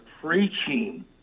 preaching